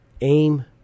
aim